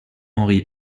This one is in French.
henri